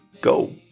go